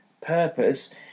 purpose